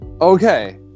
Okay